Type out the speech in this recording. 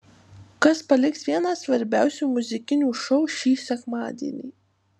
kas paliks vieną svarbiausių muzikinių šou šį sekmadienį